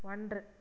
ஒன்று